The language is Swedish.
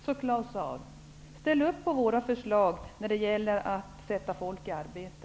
Ställ därför, Claus Zaar, upp på våra förslag till åtgärder när det gäller att sätta folk i arbete!